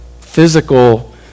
Physical